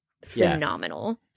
phenomenal